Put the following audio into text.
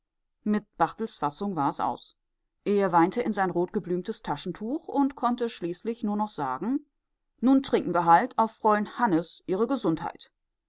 mit barthels fassung war es aus er weinte in sein rot geblümtes taschentuch und konnte schließlich nur noch sagen nun trinken wir halt auf fräul'n hannes ihre gesundheit